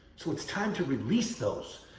so it's time to release those.